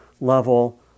level